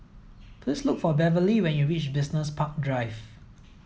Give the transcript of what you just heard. please look for Beverly when you reach Business Park Drive